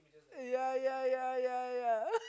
ya ya ya ya ya